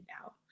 now